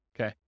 Okay